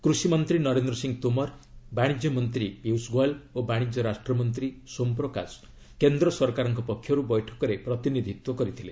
କୃଷିମନ୍ତ୍ରୀ ନରେନ୍ଦ୍ର ସିଂହ ତୋମର ବାଶିଜ୍ୟ ମନ୍ତ୍ରୀ ପୀୟୁଷ ଗୋୟଲ୍ ଓ ବାଶିଜ୍ୟ ରାଷ୍ଟ୍ରମନ୍ତ୍ରୀ ସୋମ୍ ପ୍ରକାଶ କେନ୍ଦ୍ର ସରକାରଙ୍କ ପକ୍ଷରୁ ବୈଠକରେ ପ୍ରତିନିଧିତ୍ୱ କରିଥିଲେ